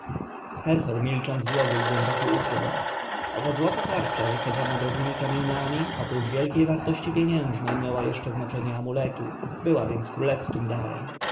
milcząc złożył głęboki ukłon owa złota tarcza wysadzana drogiemi kamieniami oprócz wielkiej wartości pieniężnej miała jeszcze znaczenie amuletu była więc królewskim darem